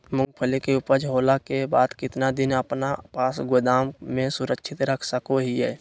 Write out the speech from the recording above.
मूंगफली के ऊपज होला के बाद कितना दिन अपना पास गोदाम में सुरक्षित रख सको हीयय?